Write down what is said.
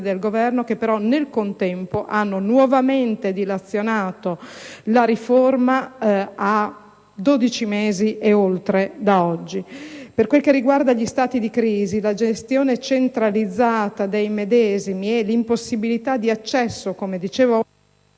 del Governo, che però nel contempo hanno nuovamente dilazionato la riforma a dodici mesi, e oltre, da oggi. Per quel che riguarda gli stati di crisi, la gestione centralizzata dei medesimi e l'impossibilità di accesso uniforme